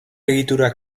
egitura